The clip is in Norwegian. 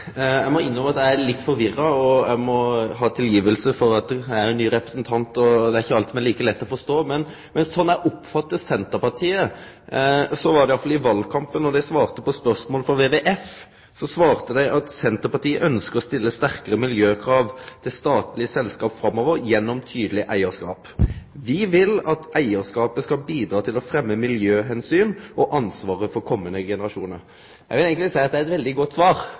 Eg må innrømme at eg er litt forvirra. Eg må få tilgiving, for eg er ein ny representant, og det er ikkje alt som er like lett å forstå. Men slik eg oppfattar Senterpartiet, og slik var det i alle fall i valkampen då dei svarte på spørsmål frå WWF, ønskjer Senterpartiet å stille sterkare miljøkrav til statlege selskap framover gjennom tydeleg eigarskap. Dei seier: «Vi vil at eierskapet skal bidra til å fremme miljøhensyn og ansvaret for kommende generasjoner.» Eg vil eigenleg seie at det er eit veldig godt svar.